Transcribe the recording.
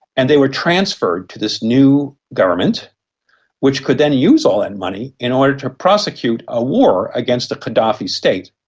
and they were transferred to this new government which could then use all that and money in order to prosecute a war against a gaddafi state.